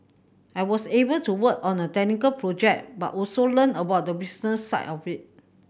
I was able to work on a technical project but also learn about the business side of it